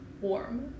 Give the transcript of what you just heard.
warm